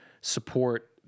support